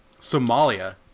Somalia